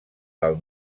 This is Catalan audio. del